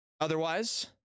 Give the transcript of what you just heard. otherwise